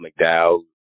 McDowell